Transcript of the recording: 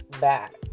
back